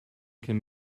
can